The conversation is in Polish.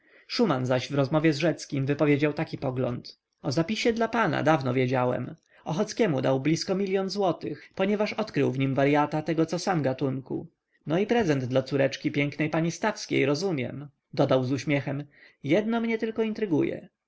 szuman zaś w rozmowie z rzeckim wypowiedział taki pogląd o zapisie dla pana dawno wiedziałem ochockiemu dał blisko milion złotych ponieważ odkrył w nim waryata tego co sam gatunku no i prezent dla córeczki pięknej pani stawskiej rozumiem dodał z uśmiechem jedno mnie tylko intryguje cóż